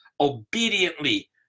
obediently